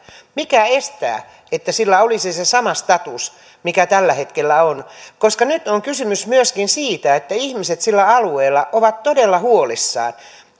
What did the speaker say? mikä estää että sillä olisi se sama status mikä tällä hetkellä on nyt on kysymys myöskin siitä että ihmiset sillä alueella ovat todella huolissaan